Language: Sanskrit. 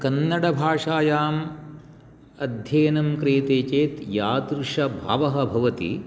कन्नडभाषायाम् अध्ययनं क्रियते चेत् यादृश्भावः भवति